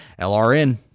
LRN